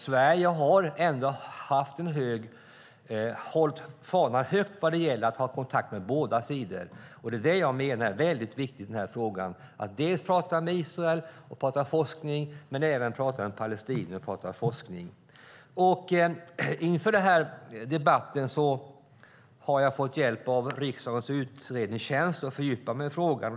Sverige har ändå hållit fanan högt vad gäller att ha kontakt med båda sidor. Det är det jag menar är väldigt viktigt i den här frågan, att dels prata med Israel om forskning, dels prata med palestinier om forskning. Inför den här debatten har jag fått hjälp av riksdagens utredningstjänst att fördjupa mig i frågan.